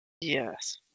Yes